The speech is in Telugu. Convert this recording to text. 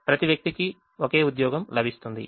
ప్రతి వ్యక్తికి ఒకే ఉద్యోగం లభిస్తుంది